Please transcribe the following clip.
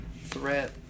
threat